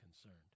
concerned